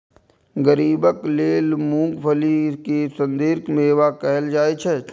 गरीबक लेल मूंगफली कें सर्दीक मेवा कहल जाइ छै